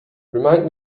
remind